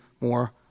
more